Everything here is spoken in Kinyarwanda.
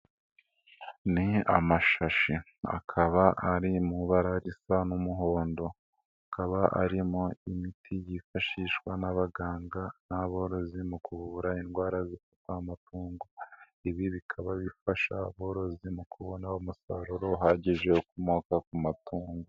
Ni amashashi akaba ari mu ibara risa n'umuhondo, akaba arimo imiti yifashishwa n'abaganga n'aborozi mu kuvura indwara z'amatungo. Ibi bikaba bifasha aborozi mu kubona umusaruro uhagije ukomoka ku matungo.